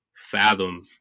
fathom